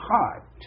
heart